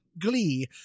glee